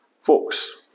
Folks